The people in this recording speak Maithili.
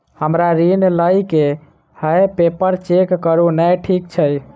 हमरा ऋण लई केँ हय पेपर चेक करू नै ठीक छई?